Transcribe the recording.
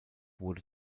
wurde